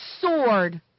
sword